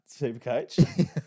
Supercoach